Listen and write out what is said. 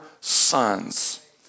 sons